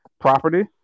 property